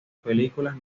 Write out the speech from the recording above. películas